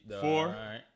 Four